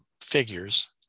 figures